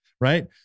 Right